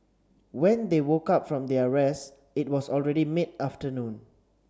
when they woke up from their rest it was already mid afternoon